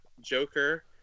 Joker